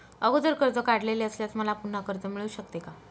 अगोदर कर्ज काढलेले असल्यास मला पुन्हा कर्ज मिळू शकते का?